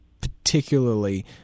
particularly